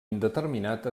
indeterminat